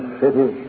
city